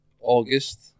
August